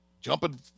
jumping